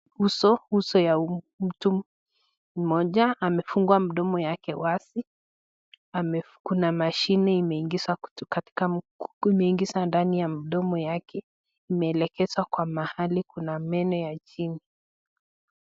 Uso wa mtu mmoja amefungua mdomo yake wazi kuna mashine imeingizwa ndani ya mdomo yake imeelekezwa mahali kuna meno ya chini.